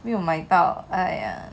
没有买到哎呀